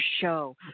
show